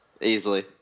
easily